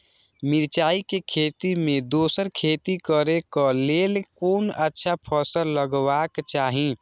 मिरचाई के खेती मे दोसर खेती करे क लेल कोन अच्छा फसल लगवाक चाहिँ?